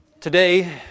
Today